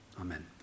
Amen